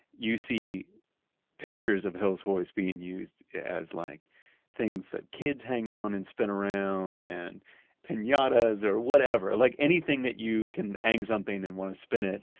you see pictures of hills hoists being used as like things that kids hang on and spin around, and pinatas, or whatever. like, anything that you can hang something and want to spin it,